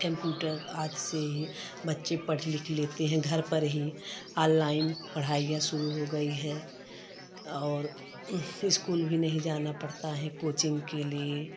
computer आज से ही बच्चे पढ़ लिख लेते हैं घर पर ही आनलाइन पढ़ाईयाँ शुरू हो गई हैं और इस्कूल भी नहीं जाना पड़ता हैं कोचिंग के लिए